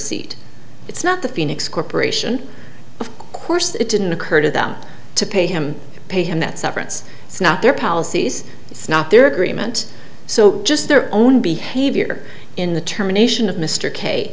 pt it's not the phoenix corporation of course it didn't occur to them to pay him pay him that severance it's not their policies it's not their agreement so just their own behavior in the term a nation of mr k